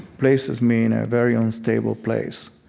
places me in a very unstable place.